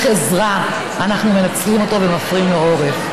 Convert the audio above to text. עזרה אנחנו מנצלים אותו ומפנים לו עורף.